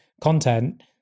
content